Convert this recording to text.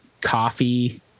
coffee